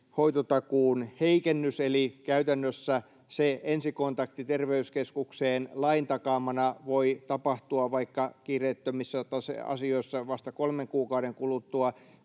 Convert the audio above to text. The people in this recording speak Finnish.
hoitotakuun heikennys, eli käytännössä se ensikontakti terveyskeskukseen lain takaamana voi tapahtua vaikka kiireettömissä asioissa vasta kolmen kuukauden kuluttua,